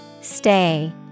Stay